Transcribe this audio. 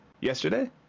yesterday